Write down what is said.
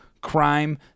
crime